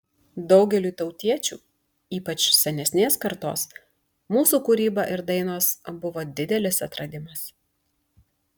daugeliui tautiečių ypač senesnės kartos mūsų kūryba ir dainos buvo didelis atradimas